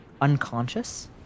unconscious